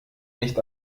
nicht